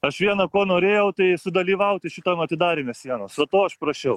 aš viena ko norėjau tai sudalyvauti šitam atidaryme sienos va to aš prašiau